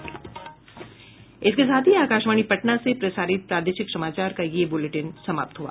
इसके साथ ही आकाशवाणी पटना से प्रसारित प्रादेशिक समाचार का ये अंक समाप्त हुआ